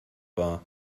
war